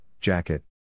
Jacket